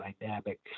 dynamic